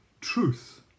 Truth